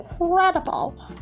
incredible